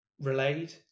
relayed